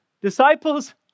Disciples